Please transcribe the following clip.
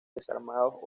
desarmados